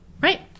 right